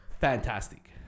fantastic